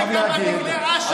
כרתם ברית עם טיבי,